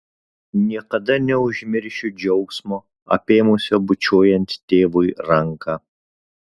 niekada neužmiršiu džiaugsmo apėmusio bučiuojant tėvui ranką